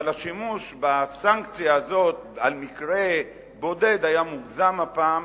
אבל השימוש בסנקציה הזאת על מקרה בודד היה מוגזם הפעם,